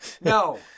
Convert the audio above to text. No